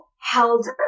held